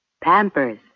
Pampers